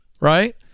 right